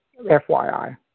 FYI